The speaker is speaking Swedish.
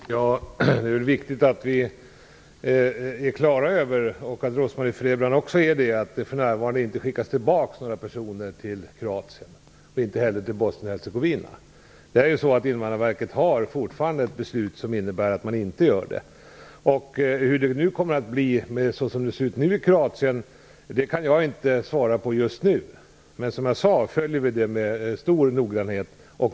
Fru talman! Det är viktigt att vi - även Rose Marie Frebran - är klara över att det för närvarande inte skickas tillbaka några personer till Kroatien, inte heller till Bosnien-Hercegovina. Invandrarverket har fortfarande ett beslut som innebär att man inte gör det. Hur det kommer att bli, med tanke på hur det ser ut nu i Kroatien, kan jag inte svara på just nu. Men som jag sade följer vi detta med stor noggrannhet.